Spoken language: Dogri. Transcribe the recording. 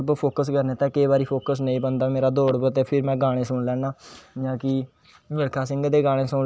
क्योंकि मीं पसंद इन्ना ऐ अच्छा फिर कृष्ण दी पेंटिंगां कृष्ण भगवान दे इन्ने चित्तर बनाए दे